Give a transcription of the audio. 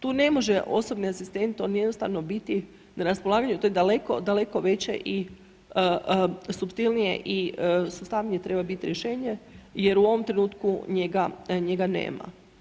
Tu ne može osobni asistent on jednostavno biti na raspolaganju, to je daleko, daleko veće i suptilnije i sustavnije treba biti rješenje jer u ovom trenutku njega, njega nema.